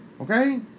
Okay